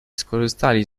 skorzystali